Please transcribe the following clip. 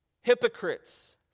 hypocrites